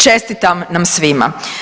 Čestitam nam svima.